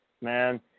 man